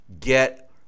get